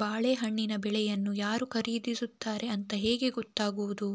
ಬಾಳೆಹಣ್ಣಿನ ಬೆಳೆಯನ್ನು ಯಾರು ಖರೀದಿಸುತ್ತಾರೆ ಅಂತ ಹೇಗೆ ಗೊತ್ತಾಗುವುದು